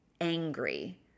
angry